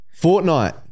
Fortnite